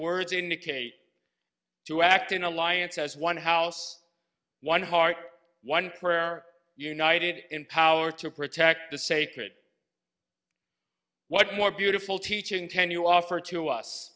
words indicate to act in alliance as one house one heart one prayer are united in power to protect the sacred what more beautiful teaching ten you offer to us